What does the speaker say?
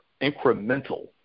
incremental